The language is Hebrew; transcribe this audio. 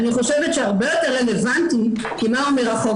אני חושבת שהרבה יותר רלוונטי כי מה אומר החוק?